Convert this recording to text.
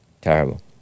Terrible